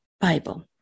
Bible